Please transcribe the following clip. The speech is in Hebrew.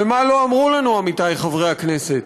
ומה לא אמרו לנו, עמיתי חברי הכנסת?